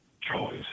choice